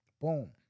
Boom